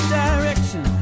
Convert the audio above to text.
direction